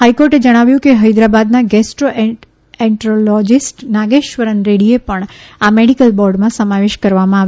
હાઇકોર્ટે જણાવ્યું કે હૈદરાબાદના ગેસ્ટ્રો એન્ટ્રોલોજીસ્ટ નાગેશ્વર રેડ્ડીને પણ આ મેડીકલ બોર્ડમાં સમાવેશ કરવામાં આવે